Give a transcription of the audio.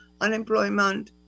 unemployment